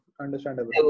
Understandable